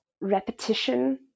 repetition